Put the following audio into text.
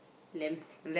lamb